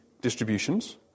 distributions